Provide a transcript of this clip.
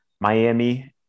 Miami